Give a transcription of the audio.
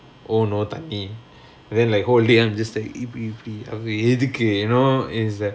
oh no thanni then like whole day I'm just like இப்புடி இப்புடி அப்ப எதுக்கு:ippudi ippudi appe ethukku you know is like